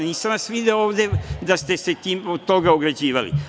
Nisam vas video ovde da ste se od toga ograđivali.